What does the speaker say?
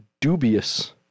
dubious